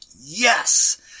yes